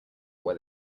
where